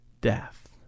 death